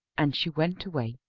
and she went away.